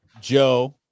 Joe